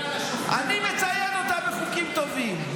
אני מצייד אותם בחוקים טובים.